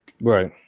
Right